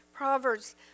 Proverbs